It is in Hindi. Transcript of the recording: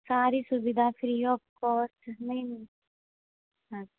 सारी सुविधा फ्री ऑफ़ कॉस्ट नहीं नहीं हाँ